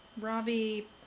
Ravi